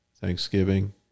Thanksgiving